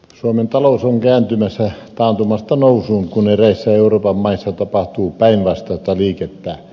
suomen talous on kääntymässä taantumasta nousuun kun eräissä euroopan maissa tapahtuu päinvastaista liikettä